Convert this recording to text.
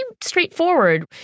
straightforward